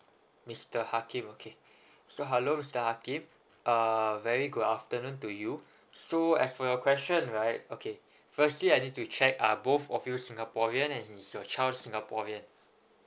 mister hakim okay so hello mister hakim uh very good afternoon to you so as for your question right okay firstly I need to check uh both of you singaporean and is your child singaporean